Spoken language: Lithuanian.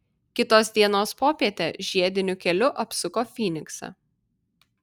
kitos dienos popietę žiediniu keliu apsuko fyniksą